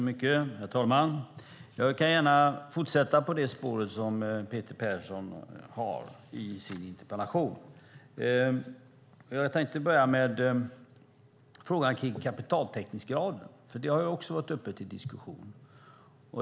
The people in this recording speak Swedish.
Herr talman! Jag kan fortsätta på det spår som Peter Persson har i sin interpellation. Jag tänkte börja med frågan om kapitaltäckningsgraden som också varit uppe till diskussion.